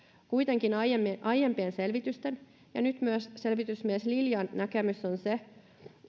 kuitenkin aiempien selvitysten ja nyt myös selvitysmies liljan näkemys on se